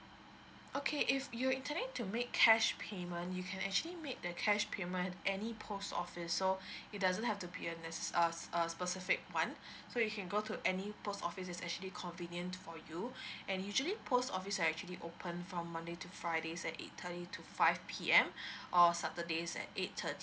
okay if you intending to make cash payment you can actually make the cash payment at any post office so it doesn't have to be necess~ uh a specific one so you can go to any post office it's actually convenient to for you and usually post office are actually open from monday to friday is at eight thirty to five P_M or saturdays at eight thirty